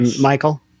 Michael